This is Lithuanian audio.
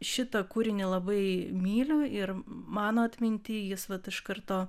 šitą kūrinį labai myliu ir mano atminty jis vat iš karto